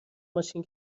ماشین